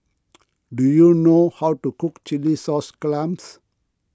do you know how to cook Chilli Sauce Clams